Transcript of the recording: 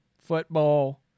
football